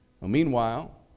meanwhile